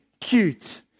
cute